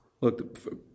Look